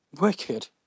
Wicked